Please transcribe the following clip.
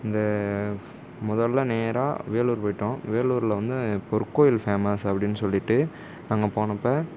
இந்த முதலில் நேராக வேலூர் போய்ட்டோம் வேலூரில் வந்து பொற்கோயில் ஃபேமஸ் அப்படின்னு சொல்லிவிட்டு அங்கே போனப்ப